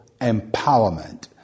empowerment